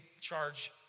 charge